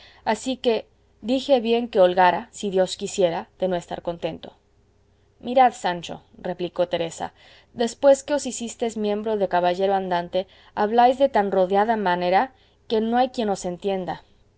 así que dije bien que holgara si dios quisiera de no estar contento mirad sancho replicó teresa después que os hicistes miembro de caballero andante habláis de tan rodeada manera que no hay quien os entienda